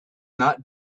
not